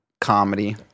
comedy